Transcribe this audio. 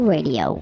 Radio